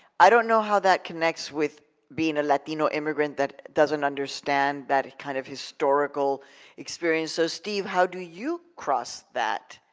i don't know how that connects with being a latino immigrant that doesn't understand that kind of historical experience. so steve, how do you cross that?